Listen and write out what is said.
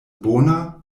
bona